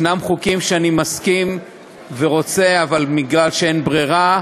ישנם חוקים שאני מסכים ורוצה, אבל בגלל אין ברירה,